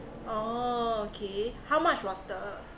oh okay how much was the